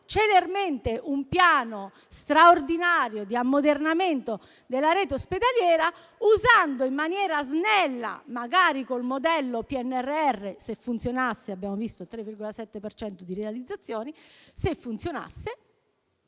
celermente un piano straordinario di ammodernamento della rete ospedaliera, usando i fondi in maniera snella, magari sul modello del PNRR (se funzionasse, ma abbiamo visto che le realizzazioni sono solo